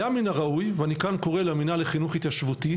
היה מין הראוי ואני כאן קורא למינהל לחינוך התיישבותי,